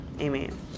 Amen